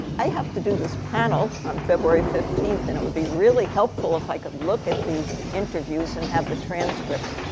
i have to do this panel on february fifteen. and it would be really helpful if i could look at the interviews and have the transcripts.